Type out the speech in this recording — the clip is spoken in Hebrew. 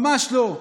ממש לא.